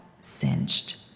cinched